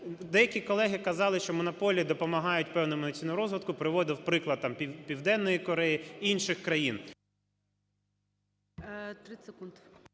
Деякі колеги казали, що монополії допомагають певному інноваційному розвитку, приводив приклад там Південної Кореї, інших країн…